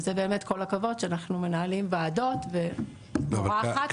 וזה באמת כל הכבוד שאנחנו מקבלים וועדות ומורה אחת הצליחה להתקבל.